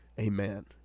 Amen